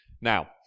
Now